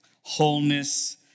wholeness